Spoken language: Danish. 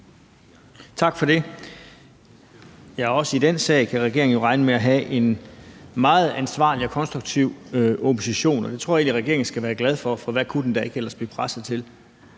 Tak for det. Også i den sag kan regeringen jo regne med at have en meget ansvarlig og konstruktiv opposition, og det tror jeg egentlig at regeringen skal være glad for, for hvad kunne den da ellers ikke blive presset til?